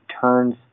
turns